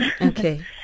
Okay